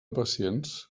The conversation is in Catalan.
pacients